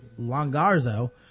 Longarzo